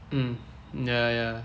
mm ya ya